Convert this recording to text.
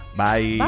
Bye